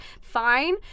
fine